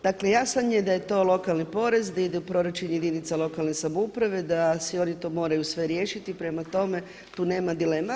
Dakle jasno je da je to lokalni porez da ide u proračun jedinica lokalne samouprave, da si oni to moraju sve riješiti i prema tome tu nema dilema.